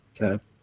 Okay